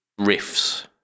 riffs